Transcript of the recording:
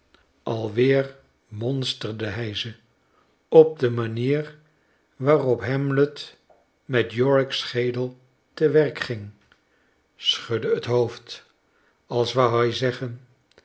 alweer monsterde hij ze op de manier waarop hamlet met yorick's schedel te werk ging schudde het hoofd als wou hij zeggen